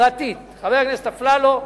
פרטית, חבר הכנסת אפללו.